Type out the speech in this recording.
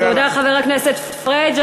תודה, חבר הכנסת פריג'.